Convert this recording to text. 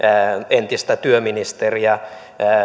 entistä työministeriä